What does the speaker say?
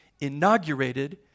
inaugurated